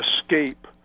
escape